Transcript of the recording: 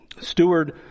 steward